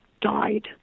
died